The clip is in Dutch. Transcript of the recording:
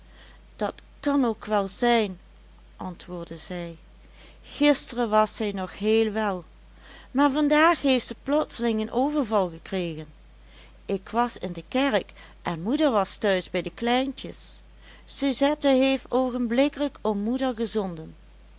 dat kan ook wel zijn antwoordde zij gisteren was zij nog heel wel maar vandaag heeft ze plotseling een overval gekregen ik was in de kerk en moeder was thuis bij de kleintjes suzette heeft oogenblikkelijk om moeder gezonden